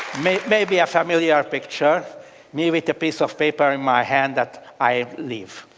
maybe maybe a familiar picture me with a piece of paper in my hand that i live.